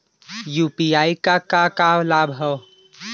UPI क का का लाभ हव?